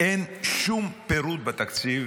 שאין שום פירוט בתקציב